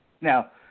Now